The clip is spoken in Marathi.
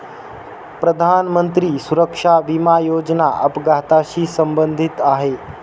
प्रधानमंत्री सुरक्षा विमा योजना अपघाताशी संबंधित आहे